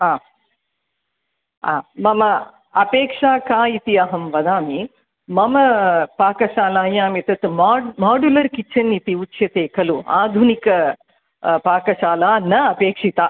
हा हा मम अपेक्षा का इति अहं वदामि मम पाकशालायाम् एतत् मोड् मोड्युलर् किचन् इति उच्यते खलु आधुनिक पाकशाला न अपेक्षिता